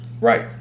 Right